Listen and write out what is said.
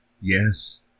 yes